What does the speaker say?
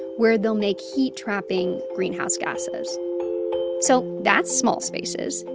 where they'll make heat-trapping greenhouse gases so that's small spaces.